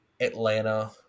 Atlanta